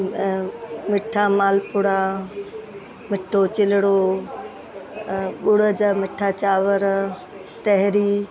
मिठा मालपूड़ा मिठो चिलड़ो गुड़ जा मिठा चांवर तहरी